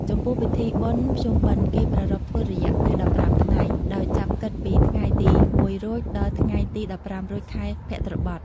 ចំពោះពិធីបុណ្យភ្ជុំបិណ្ឌគេប្រារព្ធធ្វើរយៈពេល១៥ថ្ងៃ ដោយចាប់គិតពីថ្ងៃទី០១រោច ដល់ថ្ងៃទី១៥រោច ខែភទ្របទ ។